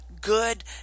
good